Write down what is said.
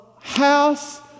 House